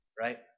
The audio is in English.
right